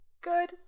Good